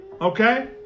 okay